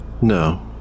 No